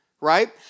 right